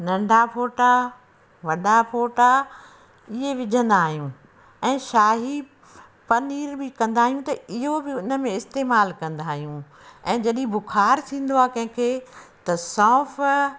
नंढा फोटा वॾा फोटा इहे विझंदा आहियूं ऐं शाही पनीर बि कंदा आहियूं त इहो बि हुन में इस्तेमालु कंदा आहियूं ऐं जॾहिं बुखार ईंदो आहे कंहिंखे त सौंफ